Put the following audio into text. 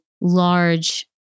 large